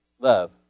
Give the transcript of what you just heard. love